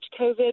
COVID